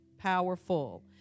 powerful